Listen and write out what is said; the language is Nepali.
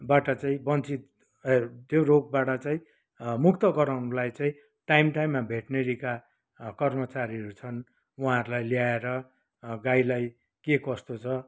बाट चाहिँ वञ्चित त्यो रोगबाट चाहिँ मुक्त गराउनुलाई चाहिँ टाइम टाइममा भेट्नेरीका कर्मचारीहरू छन् उहाँहरूलाई ल्याएर गाईलाई के कस्तो छ